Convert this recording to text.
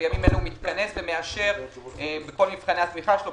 שבימים אלה מתכנס ומאשר בכל מבחני התמיכה שלו,